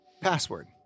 password